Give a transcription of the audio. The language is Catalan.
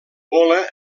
vola